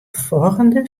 folgjende